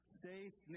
safe